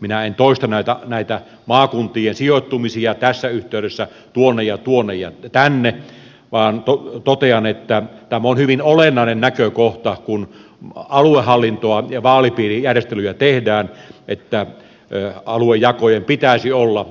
minä en toista näitä maakuntien sijoittumisia tässä yhteydessä tuonne ja tuonne ja tänne vaan totean että tämä on hyvin olennainen näkökohta kun aluehallintoa ja vaalipiirijärjestelyjä tehdään että aluejakojen pitäisi olla